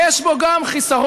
יש בו גם חיסרון,